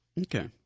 Okay